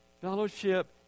Fellowship